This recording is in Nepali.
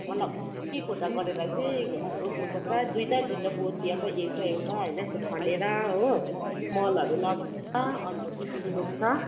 मतलब एक एकवटा गरेर चाहिँ रोप्नुपर्छ दुईवटा दुईवटा बोट या त एउटा एउटा होइन त्यो खनेर हो मलहरू लगाएर अन्त त्यसरी रोप्छ